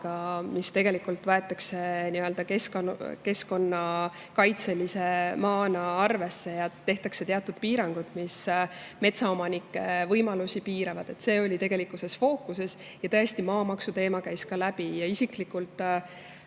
maadega, mis võetakse keskkonnakaitselise maana arvesse ja tehakse teatud piirangud, mis metsaomanike võimalusi piiravad. See oli fookuses, aga tõesti, maamaksuteema käis ka läbi. Ma isiklikult